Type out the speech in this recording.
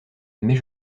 mais